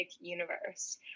universe